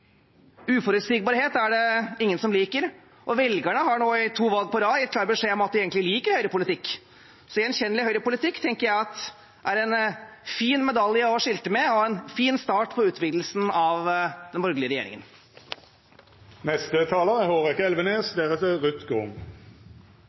Uforutsigbarhet er det ingen som liker, og velgerne har nå i to valg på rad gitt klar beskjed om at de egentlig liker Høyre-politikk. Så gjenkjennelig Høyre-politikk tenker jeg er en fin medalje å skilte med og en fin start på utvidelsen av den borgerlige regjeringen. Representanten Huitfeldt hevdet i sitt innlegg at forsvarsbudsjettets andel av brutto nasjonalprodukt ikke er